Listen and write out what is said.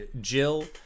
jill